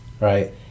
Right